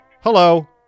Hello